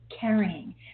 carrying